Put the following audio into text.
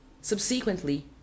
subsequently